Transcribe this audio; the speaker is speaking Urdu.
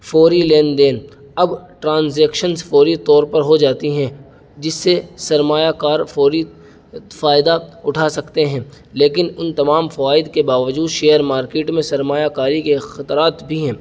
فوری لین دین اب ٹرانزیکشنس فوری طور پر ہو جاتی ہیں جس سے سرمایہ کار فوری فائدہ اٹھا سکتے ہیں لیکن ان تمام فوائد کے باوجود شیئر مارکیٹ میں سرمایہ کاری کے خطرات بھی ہیں